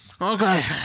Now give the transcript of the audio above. Okay